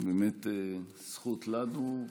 זאת באמת זכות לנו.